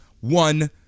one